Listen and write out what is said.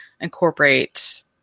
incorporate